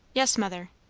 yes, mother.